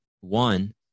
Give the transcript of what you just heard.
One